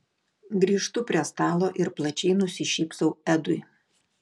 grįžtu prie stalo ir plačiai nusišypsau edui